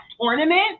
tournament